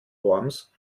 worms